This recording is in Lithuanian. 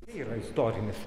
yra istorinis